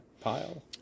pile